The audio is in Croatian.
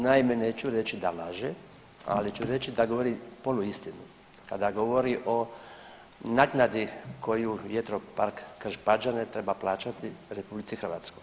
Naime, neću reći da laže, ali ću reći da govori poluistinu kada govori o naknadi koju vjetropark Krš-Pađene treba plaćati RH.